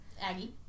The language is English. Aggie